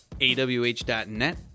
awh.net